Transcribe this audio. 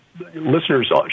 Listeners